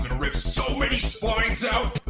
and rip so many spines out.